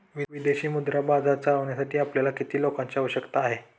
विदेशी मुद्रा बाजार चालविण्यासाठी आपल्याला किती लोकांची आवश्यकता आहे?